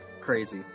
crazy